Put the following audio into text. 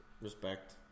Respect